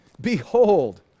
Behold